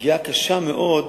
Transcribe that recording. פגיעה קשה מאוד באזרחים,